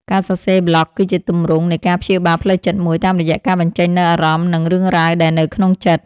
ការសរសេរប្លក់គឺជាទម្រង់នៃការព្យាបាលផ្លូវចិត្តមួយ តាមរយៈការបញ្ចេញនូវអារម្មណ៍ និងរឿងរ៉ាវដែលនៅក្នុងចិត្ត។